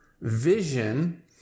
vision